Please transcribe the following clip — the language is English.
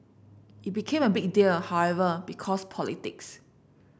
it became a big deal however because politics